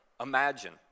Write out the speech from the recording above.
Imagine